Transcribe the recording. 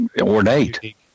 ornate